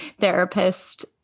therapist